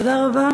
תודה רבה.